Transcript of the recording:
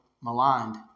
maligned